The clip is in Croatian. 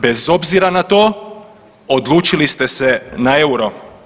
Bez obzira na to odlučili ste se na euro.